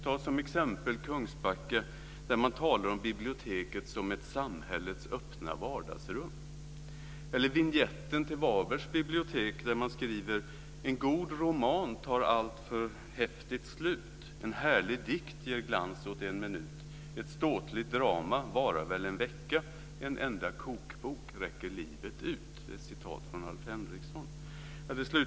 Ta t.ex. Kungsbacka, där man talar om biblioteket som ett samhällets öppna vardagsrum. I vinjetten till Varbergs bibliotek står det: "En god roman tar alltför häftigt slut. En härlig dikt ger glans åt en minut. Ett ståtligt drama varar väl en vecka. En enda kokbok räcker livet ut." Det är ett citat av Alf Henrikson.